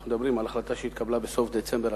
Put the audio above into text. אנחנו מדברים על החלטה שהתקבלה בסוף דצמבר,